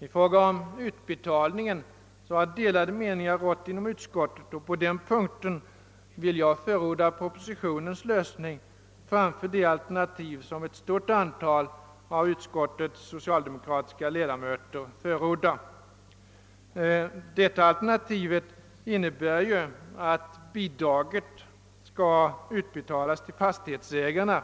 I fråga om utbetalningarna har delade meningar rått inom utskottet, och på denna punkt vill jag förorda propositionens lösning framför det alternativ som ett stort antal av utskottets socialdemokratiska ledamöter presenterat. Deras alternativ innebär att bostadstillägget i viss utsträckning skall utbetalas till fastighetsägarna,